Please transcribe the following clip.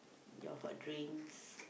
your hot drinks